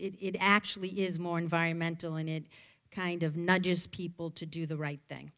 it actually is more environmental in it kind of not just people to do the right thing